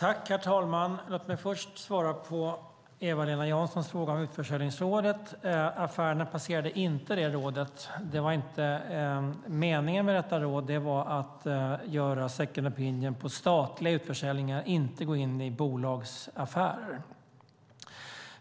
Herr talman! Låt mig först svara på Eva-Lena Janssons fråga om utförsäljningsrådet. Affärerna passerade inte det rådet. Det var inte meningen med detta råd, utan meningen var att rådet skulle komma med en second opinion för statliga utförsäljningar - inte gå in i bolagsaffärer.